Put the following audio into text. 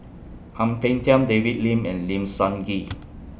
Ang Peng Tiam David Lim and Lim Sun Gee